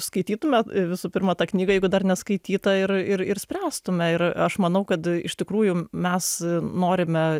skaitytumėt visų pirma tą knygą jeigu dar neskaityta ir ir ir spręstume ir a aš manau kad iš tikrųjų mes norime